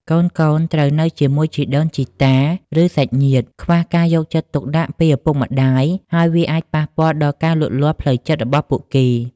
កូនៗត្រូវនៅជាមួយជីដូនជីតា ឬសាច់ញាតិ ខ្វះការយកចិត្តទុកដាក់ពីឪពុកម្ដាយ ហើយវាអាចប៉ះពាល់ដល់ការលូតលាស់ផ្លូវចិត្តរបស់ពួកគេ។ ។